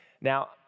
Now